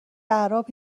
اعراب